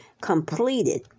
completed